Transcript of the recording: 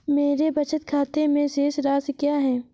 मेरे बचत खाते में शेष राशि क्या है?